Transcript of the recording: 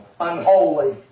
Unholy